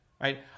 right